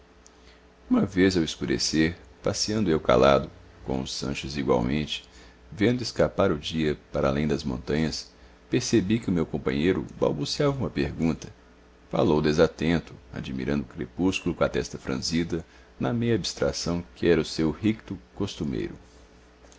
uma vez ao escurecer passeando eu calado com o sanches igualmente vendo escapar o dia para além das montanhas percebi que o meu companheiro balbuciava uma pergunta falou desatento admirando o crepúsculo com a testa franzida na meia abstração que era o seu ricto costumeiro